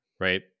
right